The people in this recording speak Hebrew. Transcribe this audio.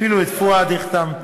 אפילו את פואד החתמת.